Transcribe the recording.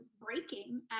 breaking